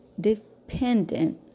dependent